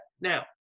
now